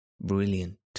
brilliant